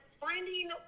finding